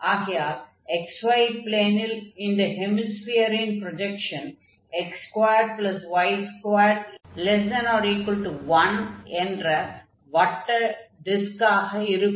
ஆகையால் xy ப்ளேனில் இந்த ஹெமிஸ்பியரின் ப்ரொஜக்ஷன் x2y2≤1 என்ற வட்ட டிஸ்க்காக இருக்கும்